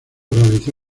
realizó